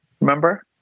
remember